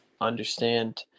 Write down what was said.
understand